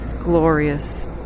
Glorious